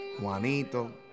Juanito